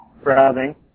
browsing